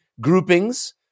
groupings